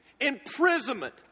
imprisonment